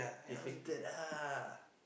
eh fated ah